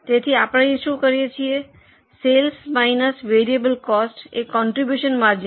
તેથી આપણે અહીં શું કરીએ છીએ સેલ્સ માઇનસ વેરીએબલ કોસ્ટ એ કોન્ટ્રીબ્યુશન માર્જિન છે